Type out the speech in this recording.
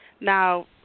Now